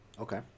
Okay